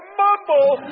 mumble